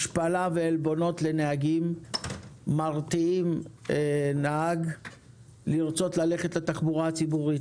השפלה ועלבונות לנהגים מרתיעים נהג מלרצות ללכת לעבוד בתחבורה הציבורית.